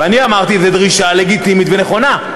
ואני אמרתי: זו דרישה לגיטימית ונכונה,